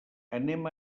anem